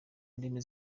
ndimi